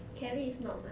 kelly is not mah